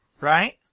right